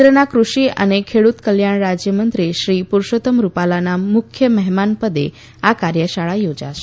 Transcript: કેન્દ્રના કૃષિ અને ખેડુત કલ્યાણ રાજયમંત્રી શ્રી પુરુષોત્તમ રૂપાલાના મુખ્ય મહેમાન પદે આ કાર્યશાળા યોજાશે